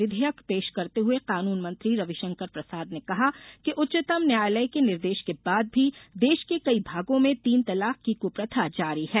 विधेयक पेश करते हए कानून मंत्री रविशंकर प्रसाद ने कहा कि उच्चतम न्यायालय के निर्देश के बाद भी देश के कई भागों में तीन तलाक की क्प्रथा जारी है